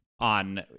on